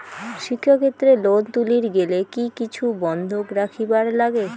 শিক্ষাক্ষেত্রে লোন তুলির গেলে কি কিছু বন্ধক রাখিবার লাগে?